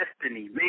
destiny